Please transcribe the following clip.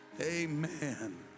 Amen